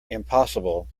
impossible